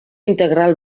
integral